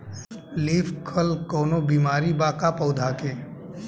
Leaf curl कौनो बीमारी बा का पौधा के?